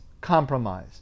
compromise